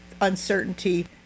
uncertainty